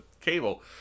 cable